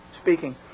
speaking